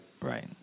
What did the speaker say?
Right